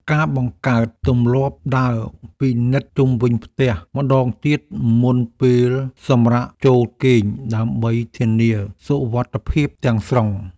ការបង្កើតទម្លាប់ដើរពិនិត្យជុំវិញផ្ទះម្តងទៀតមុនពេលសម្រាកចូលគេងដើម្បីធានាសុវត្ថិភាពទាំងស្រុង។